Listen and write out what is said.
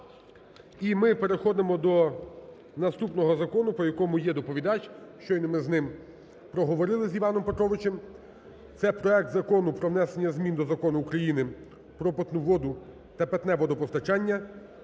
І ми переходимо до наступного закону, по якому є доповідач, щойно ми з ним проговорили з Івановим Петровичем. Це проект Закону про внесення змін до Закону України "Про питну воду та питне водопостачання"